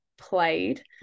played